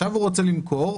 עכשיו הוא רוצה למכור,